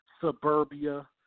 suburbia